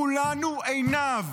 כולנו עינב.